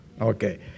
Okay